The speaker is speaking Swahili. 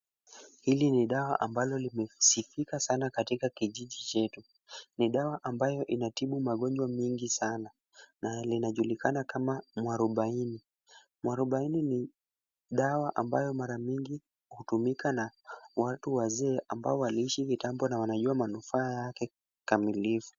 Hili ni dawa ambalo limesifika sana katika kijiji chetu, ni dawa ambayo inatibu magonjwa mengi sana na linajulikana kama mwarobaini. Mwarobaini ni dawa ambayo mara mingi hutumika na watu wazee ambao waliishi kitambo na wajua manufaa yake kamilifu.